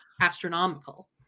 astronomical